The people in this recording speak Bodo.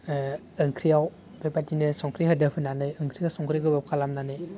ओंख्रियाव बेबायदिनो संख्रि होदेफैनानै ओंख्रिखौ संख्रि गोबाब खालामनानै